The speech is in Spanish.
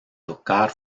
tocar